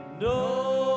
no